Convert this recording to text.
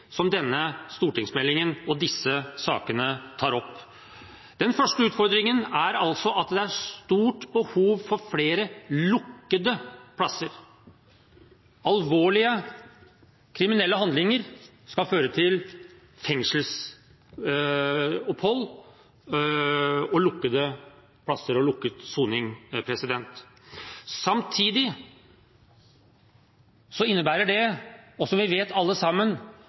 som denne stortingsmeldingen og disse sakene tar opp. Den første utfordringen er altså at det er stort behov for flere lukkede plasser. Alvorlige kriminelle handlinger skal føre til fengselsopphold i lukkede plasser, til lukket soning. Samtidig innebærer det – som vi alle vet